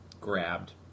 grabbed